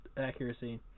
accuracy